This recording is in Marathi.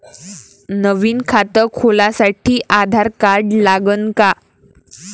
नवीन खात खोलासाठी आधार कार्ड लागन का?